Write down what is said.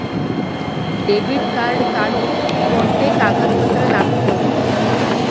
Debit card काढुक कोणते कागदपत्र लागतत?